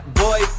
boy